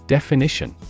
Definition